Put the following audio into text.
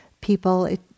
people